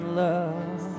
love